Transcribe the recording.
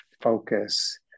focus